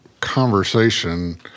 conversation